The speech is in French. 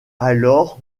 alors